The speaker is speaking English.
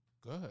good